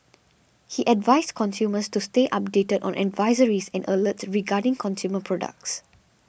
he advised consumers to stay updated on advisories and alerts regarding consumer products